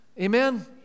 Amen